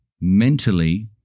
mentally